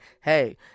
hey